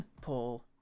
Paul